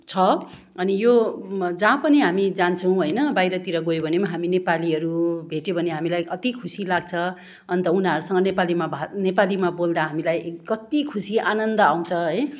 छ अनि यो जहाँ पनि हामी जान्छौँ होइन बाहिरतिर गयो भने पनि हामी नेपालीहरू भेट्यो भने हामीलाई अति खुसी लाग्छ अन्त उनीहरूसँग नेपालीमा भा नेपालीमा बोल्दा हामीलाई कति खुसी आनन्द आउँछ है